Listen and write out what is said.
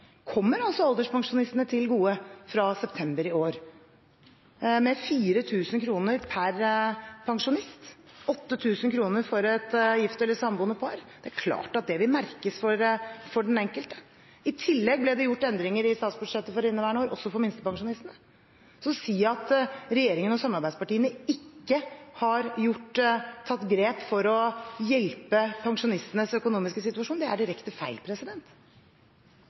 kommer altså alderspensjonistene til gode fra september i år, med 4 000 kr per pensjonist og 8 000 kr for et gift eller samboende par. Det er klart at det vil merkes for den enkelte. I tillegg ble det gjort endringer i statsbudsjettet for inneværende år, også for minstepensjonistene. Så å si at regjeringen og samarbeidspartiene ikke har tatt grep for å avhjelpe pensjonistenes økonomiske situasjon, er direkte feil.